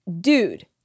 dude